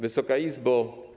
Wysoka Izbo!